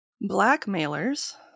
Blackmailers